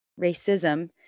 racism